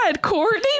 Courtney